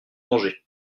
danger